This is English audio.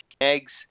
eggs